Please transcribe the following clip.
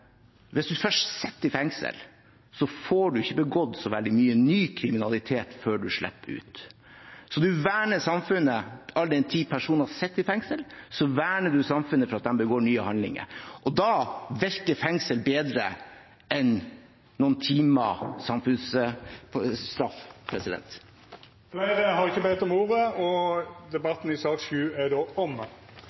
hvis man først sitter i fengsel, får man ikke begått så veldig mye ny kriminalitet før man slipper ut. Samfunnet blir vernet mot at det blir begått nye handlinger all den tid personer sitter i fengsel. Da virker fengsel bedre enn noen timer samfunnsstraff. Fleire har ikkje bedt om ordet til sak nr. 7. Etter ønske frå familie- og kulturkomiteen vil presidenten ordna debatten